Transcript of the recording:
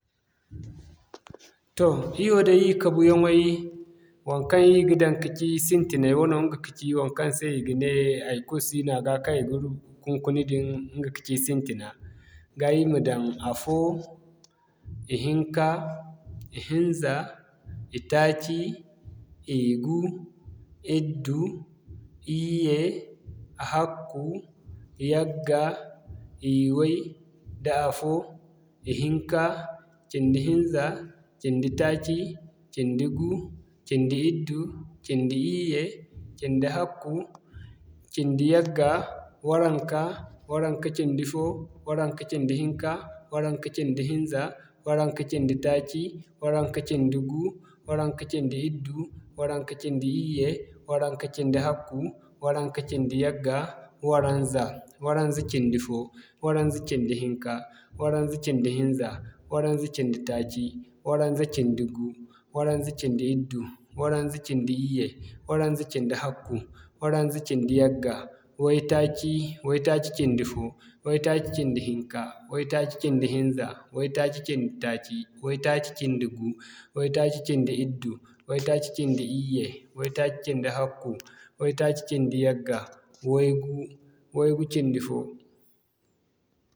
Toh ir woo day, ir kabuyaŋay waŋkaŋ ir da daŋ ka ci sintinay wano ɲga kaci, waŋkaŋ se i ga ne, haikulu si no a ga kaŋ i ga hiŋkuna din, ɲga kaci sintina. Ga ir ma daŋ afoo, ihinka, ihinza, itaaci, igu, iddu, iyye, ahakku, yagga, iway, da'afo, ihinka, cindi-hinza, cindi-taaci, cindi-gu, cindi-iddu cindi-iyye, cindi-hakku, cindi-yagga, waranka, waranka-cindi fo, waranka-cindi hinka, waranka-cindi hinza, waranka-cindi taaci, waranka-cindi gu, waranka-cindi iddu, waranka-cindi iyye, waranka-cindi hakku, waranka-cindi yagga, waranza, waranza-cindi fo, waranza-cindi hinka, waranza-cindi hinza, waranza-cindi taaci, waranza-cindi gu, waranza-cindi iddu, waranza-cindi iyye, waranza-cindi hakku, waranza-cindi yagga, way-taaci, way-taaci cindi-fo, way-taaci cindi-hinka, way-taaci cindi-hinza, way-taaci cindi-taaci, way-taaci cindi-gu, way-taaci cindi-iddu, way-taaci cindi-iyye, way-taaci cindi-hakku, way-taaci cindi-yagga, waygu, waygu-cindi-fo.